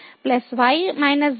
వచ్చింది